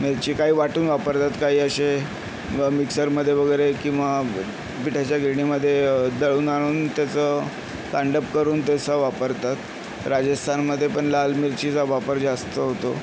मिरची काही वाटून वापरतात काही असे मिक्सरमध्ये वगैरे किंवा पिठाच्या गिरणीमध्ये दळून आणून त्याचं कांडप करून तसं वापरतात राजस्थानमध्ये पण लाल मिरचीचा वापर जास्त होतो